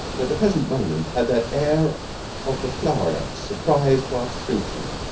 and at the present moment had that air of the floweret surprized while shrinking,